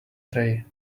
tray